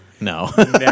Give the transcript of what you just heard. No